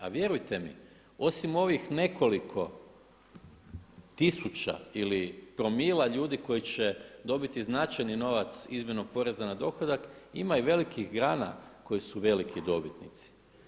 A vjerujte mi osim ovih nekoliko tisuća ili promila ljudi koji će dobiti značajni novac izmjenom poreza na dohodak ima i velikih grana koje su veliki dobitnici.